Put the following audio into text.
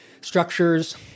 structures